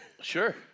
Sure